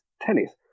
Tennis